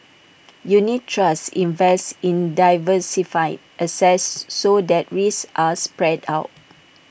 unit trusts invest in diversified assets so that risks are spread out